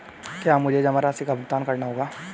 क्या मुझे जमा राशि का भुगतान करना होगा?